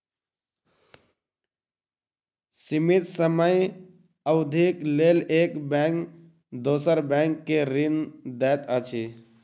सीमित समय अवधिक लेल एक बैंक दोसर बैंक के ऋण दैत अछि